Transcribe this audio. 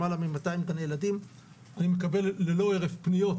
אני מקבל ללא הרף פניות